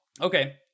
Okay